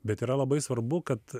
bet yra labai svarbu kad